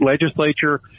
legislature